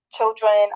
Children